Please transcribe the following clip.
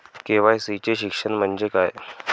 KYC चे शिक्षण म्हणजे काय?